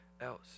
else